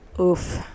Oof